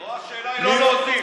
לא, השאלה היא לא להוזיל.